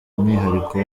umwihariko